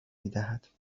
میدهد